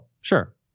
sure